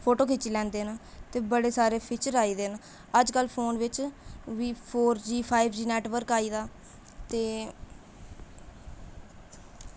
photo खिच्ची लैंदे न ते बड़े सारे फीचर आई गेदे न अज्जकल फोन बिच्च बी four G five G network आई गेदा ते